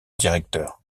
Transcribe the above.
directeur